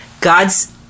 God's